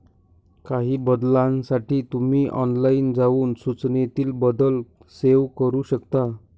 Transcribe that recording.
काही बदलांसाठी तुम्ही ऑनलाइन जाऊन सूचनेतील बदल सेव्ह करू शकता